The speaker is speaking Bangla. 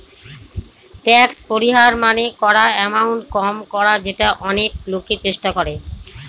ট্যাক্স পরিহার মানে করা এমাউন্ট কম করা যেটা অনেক লোকই চেষ্টা করে